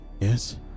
yes